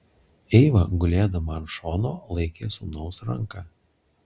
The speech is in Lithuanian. eiva gulėdama ant šono laikė sūnaus ranką